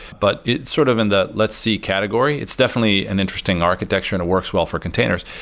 but it's sort of in the let's see category. it's definitely an interesting architecture and it works well for containers.